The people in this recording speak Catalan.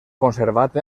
conservat